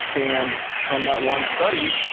and from that one study,